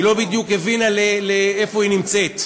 היא לא בדיוק הבינה איפה היא נמצאת: